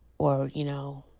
or, you know,